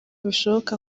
bishoboka